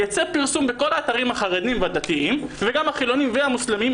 יצא פרסום בכל האתרים החרדיים והדתיים וגם החילוניים והמוסלמים,